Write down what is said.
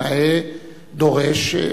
נאה דורש.